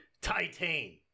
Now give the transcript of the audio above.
Titan